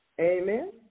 Amen